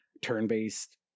turn-based